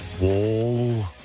Wall